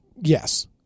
yes